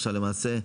למעשה,